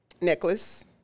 necklace